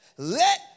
let